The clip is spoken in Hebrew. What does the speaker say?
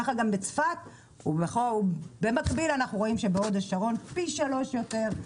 כך גם בצפת ובמקביל אנחנו רואים שבהוד השרון פי 3 יותר,